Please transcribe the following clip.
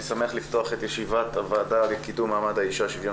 אני שמח לפתוח את ישיבת הוועדה לקידום מעמד האישה ושוויון